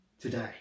today